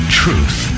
truth